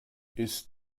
ist